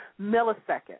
millisecond